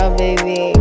baby